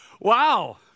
Wow